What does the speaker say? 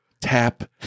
Tap